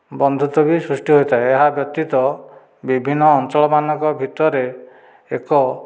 ବନ୍ଧୁତ୍ୱ ବି ସୃଷ୍ଟି ହୋଇଥାଏ ଏହା ବ୍ୟତୀତ ବିଭିନ୍ନ ଅଞ୍ଚଳ ମାନଙ୍କ ଭିତରେ ଏକ